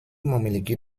memiliki